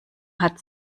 hat